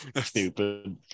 Stupid